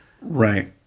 Right